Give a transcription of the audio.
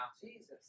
Jesus